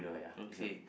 okay